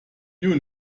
you